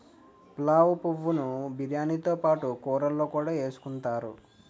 పులావు పువ్వు ను బిర్యానీతో పాటు కూరల్లో కూడా ఎసుకుంతారు